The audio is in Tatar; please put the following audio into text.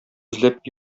эзләп